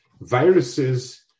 viruses